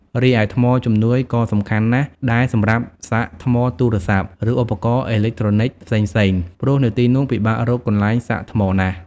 រីឯ ថ្មជំនួយ ក៏សំខាន់ណាស់ដែរសម្រាប់សាកថ្មទូរស័ព្ទ ឬឧបករណ៍អេឡិចត្រូនិកផ្សេងៗ ព្រោះនៅទីនោះពិបាករកកន្លែងសាកថ្មណាស់។